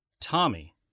tommy